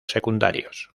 secundarios